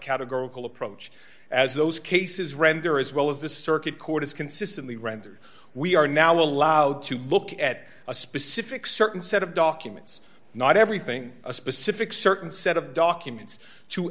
categorical approach as those cases render as well as the circuit court is consistently rendered we are now allowed to look at a specific certain set of documents not everything a specific certain set of documents to